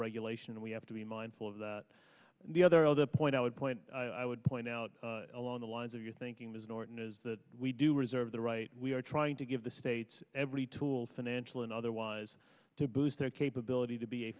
regulation that we have to be mindful of that the other or the point i would point i would point out along the lines of your thinking ms norton is that we do reserve the right we are trying to give the states every tool financial and otherwise to boost their capability to be